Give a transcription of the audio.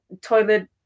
toilet